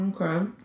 Okay